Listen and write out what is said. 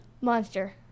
Monster